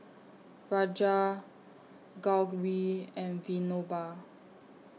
Raja Gauri and Vinoba